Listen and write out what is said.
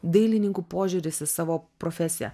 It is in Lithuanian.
dailininkų požiūris į savo profesiją